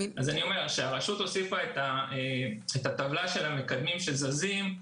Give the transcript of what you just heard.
כשהרשות הוסיפה את טבלת המקדמים שזזים,